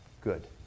Good